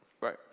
Right